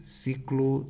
ciclo